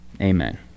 Amen